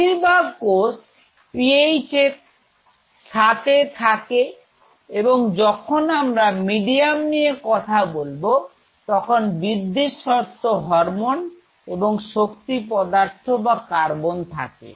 বেশিরভাগ কোষ PH 7 এ থাকে এবং যখন আমরা মিডিয়াম নিয়ে কথা বলব তখন বৃদ্ধির শর্ত হরমোন এবং শক্তি পদার্থ বা কার্বন থাকে